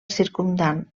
circumdant